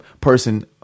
person